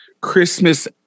Christmas